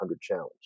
Challenge